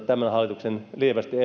tämän hallituksen lievästi